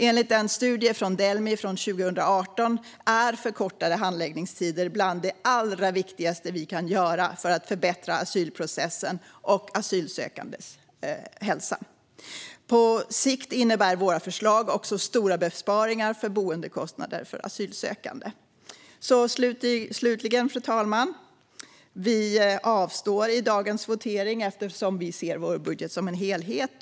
Enligt en studie från Delmi från 2018 är förkortade handläggningstider bland det allra viktigaste vi kan göra för att förbättra asylprocessen och asylsökandes hälsa. På sikt innebär våra förslag också stora besparingar på boendekostnader för asylsökande. Slutligen, fru talman, avstår vi i dagens votering eftersom vi ser vår budget som en helhet.